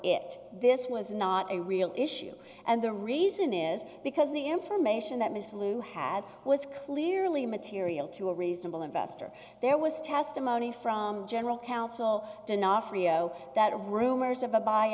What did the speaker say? it this was not a real issue and the reason is because the information that mr lew had was clearly material to a reasonable investor there was testimony from general counsel dinar freo that rumors of a b